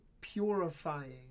purifying